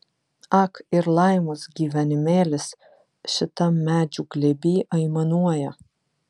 ak ir laimos gyvenimėlis šitam medžių glėby aimanuoja